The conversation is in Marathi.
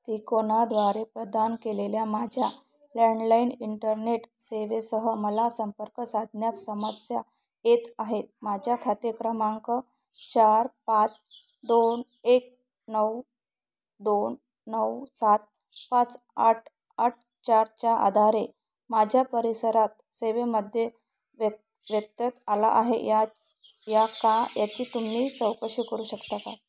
तिकोनाद्वारे प्रदान केलेल्या माझ्या लँडलाईन इंटरनेट सेवेसह मला संपर्क साधण्यात समस्या येत आहेत माझ्या खाते क्रमांक चार पाच दोन एक नऊ दोन नऊ सात पाच आठ आठ चारच्या आधारे माझ्या परिसरात सेवेमध्ये व्य व्यत्यय आला आहे या या का याची तुम्ही चौकशी करू शकता का